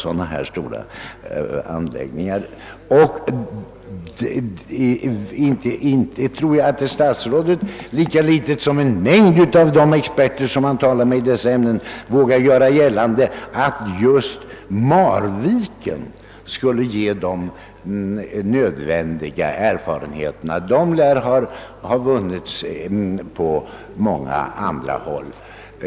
Jag tror inte att vare sig statsrådet eller den mängd av experter som han talar om i detta ämne vågar göra gällande att just Marviken skulle ge de nödvändiga erfarenheterna. De lär ha vunnits på många andra håll.